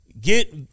get